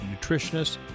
nutritionists